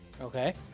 Okay